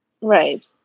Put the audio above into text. Right